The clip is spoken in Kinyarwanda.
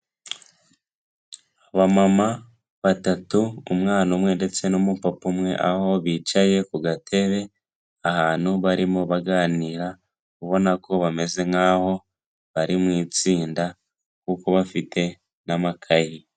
Abamama batatu umwana umwe ndetse n'umupapa umwe aho bicaye ku gatebe ahantu barimo baganira ubona ko bameze nk'aho bari mu itsinda kuko bafite n'amakayi.